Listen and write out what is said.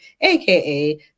AKA